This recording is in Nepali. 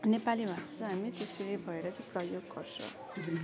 नेपाली भाषा हामी त्यसरी भएर चाहिँ प्रयोग गर्छ